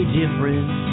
different